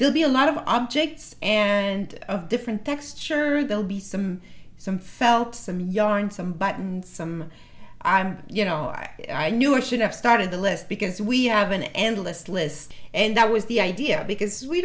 they'll be a lot of objects and of different texture they'll be some some felt some yarn some button some i'm you know i knew or should have started the less because we have an endless list and that was the idea because we